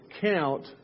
count